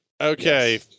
Okay